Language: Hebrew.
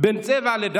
בין צבע לדת,